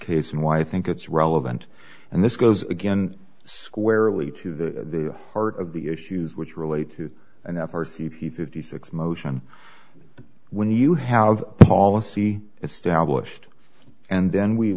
case and why i think it's relevant and this goes again squarely to the heart of the issues which relate to and f r c p fifty six motion when you have policy established and then we